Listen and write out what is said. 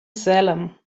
salem